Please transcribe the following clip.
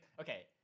Okay